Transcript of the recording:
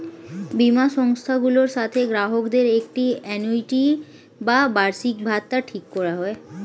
বীমা সংস্থাগুলোর সাথে গ্রাহকদের একটি আ্যানুইটি বা বার্ষিকভাতা ঠিক করা হয়